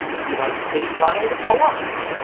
he like kitty pryde a lot.